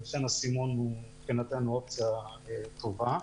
לכן הסימון מבחינתנו הוא אופציה טובה.